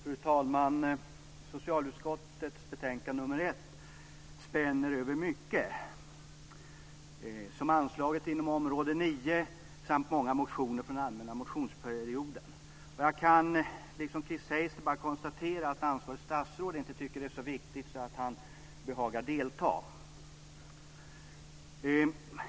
Fru talman! Socialutskottets betänkande nr 1 spänner över mycket, som anslaget inom område 9 samt många motioner från den allmänna motionstiden. Jag kan som Chris Heister bara konstatera att ansvarigt statsråd inte tycker att det är så viktigt att han behagar delta.